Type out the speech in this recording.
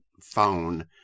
phone